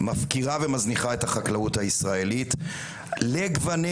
מפקירה ומזניחה את החקלאות הישראלית לגווניה.